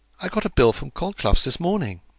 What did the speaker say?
i got a bill from colclugh's this morning.